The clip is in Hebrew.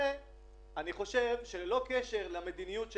באיזה היקף ירד להם המחזור לקבל מידע בפועל מה קרה